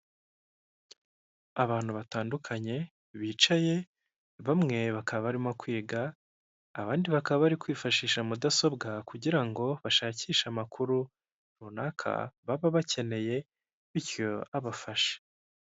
Muri rusange twebwe Kagame Paul perezida wa repubulika inteko ishinga amategeko yemeje none natwe duhamije dutangaje itegeko riteye ritya, kandi dutegetse ko ritangazwa mu igazeti ya leta ya repubulika y'u Rwanda.